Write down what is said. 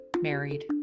married